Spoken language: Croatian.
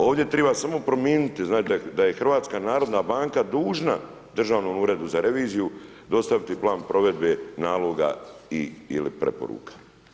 Ovdje triba samo prominiti, znači da je HNB dužna Državnom uredu za reviziju dostaviti Plan provedbe naloga ili preporuka.